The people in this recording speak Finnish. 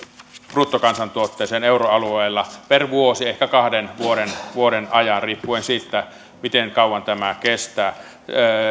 bruttokansantuotteeseen euroalueella per vuosi ehkä kahden vuoden vuoden ajan riippuen siitä miten kauan tämä kestää